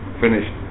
finished